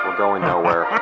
going nowhere,